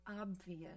obvious